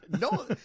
No